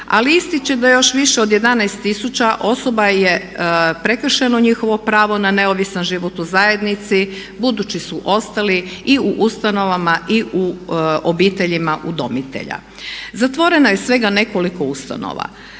Ali ističe da još više od 11000 osoba je prekršeno njihovo pravo na neovisan život u zajednici budući su ostali i u ustanovama i u obiteljima udomitelja. Zatvoreno je svega nekoliko ustanova.